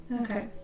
Okay